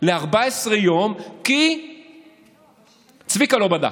ל-14 יום, כי צביקה לא בדק.